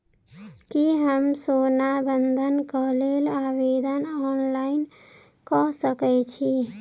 की हम सोना बंधन कऽ लेल आवेदन ऑनलाइन कऽ सकै छी?